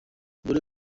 dore